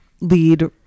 lead